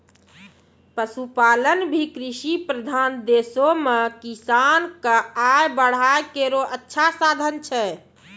पशुपालन भी कृषि प्रधान देशो म किसान क आय बढ़ाय केरो अच्छा साधन छै